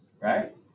right